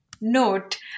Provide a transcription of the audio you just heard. note